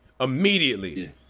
Immediately